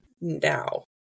now